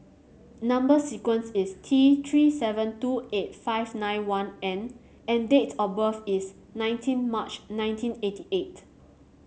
number sequence is T Three seven two eight five nine one N and date of birth is nineteen March nineteen eighty eight